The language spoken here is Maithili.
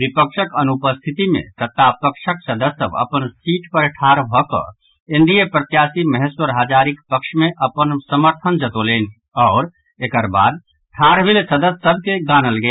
विपक्षक अनुपस्थिति मे सत्तापक्षक सदस्य सभ अपन सीट पर ठाढ़ भऽकऽ एनडीए प्रत्याशी महेश्वर हजारीक पक्ष मे अपन समर्थन जतौलनि आओर एकर बाद ठाढ़ भेल सदस्य सभ के गानल गेल